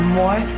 more